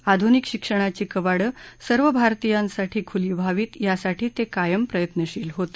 आधुनिक शिक्षणाची कवाडं सर्व भारतीयांसाठी खुली व्हावीत यासाठी ते कायम प्रयत्नशील होते